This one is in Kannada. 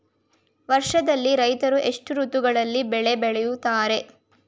ವರ್ಷದಲ್ಲಿ ರೈತರು ಎಷ್ಟು ಋತುಗಳಲ್ಲಿ ಬೆಳೆ ಬೆಳೆಯುತ್ತಾರೆ?